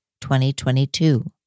2022